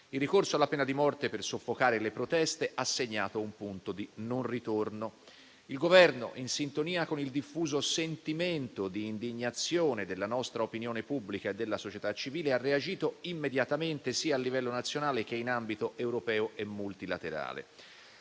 Il ricorso alla pena di morte per soffocare le proteste ha segnato un punto di non ritorno. Il Governo, in sintonia con il diffuso sentimento di indignazione della nostra opinione pubblica e della società civile, ha reagito immediatamente sia a livello nazionale sia in ambito europeo e multilaterale.